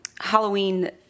Halloween